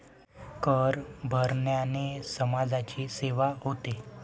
कर भरण्याने समाजाची सेवा होते